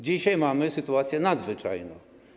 Dzisiaj mamy sytuację nadzwyczajną.